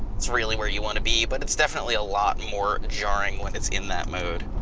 it's really where you wanna be but it's definitely a lot more jarring when it's in that mode.